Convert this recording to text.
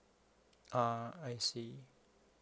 ah I see